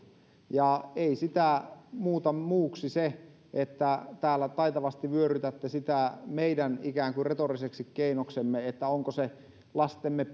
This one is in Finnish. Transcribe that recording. ja ei sitä muuta muuksi se että täällä taitavasti vyörytätte sitä meidän ikään kuin retoriseksi keinoksemme että onko se lastemme